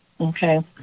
okay